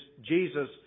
Jesus